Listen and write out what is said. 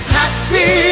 happy